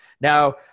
now